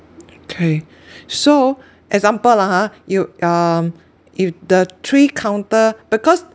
K so example lah ha you um if the three counter because